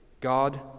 God